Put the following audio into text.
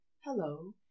hello